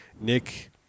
Nick